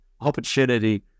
opportunity